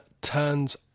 turns